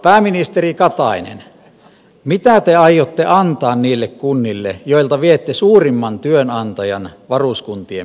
pääministeri katainen mitä te aiotte antaa niille kunnille joilta viette suurimman työnantajan varuskuntien myötä